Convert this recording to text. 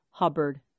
Hubbard